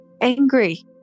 angry